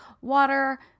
water